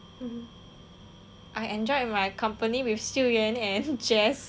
I enjoyed my company with siew yuan and jess